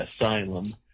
Asylum